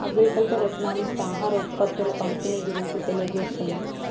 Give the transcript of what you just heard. agriculture economics ఆహార ఉత్పత్తుల పంపిణీ గురించి తెలియజేస్తుంది